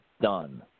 done